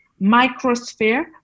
microsphere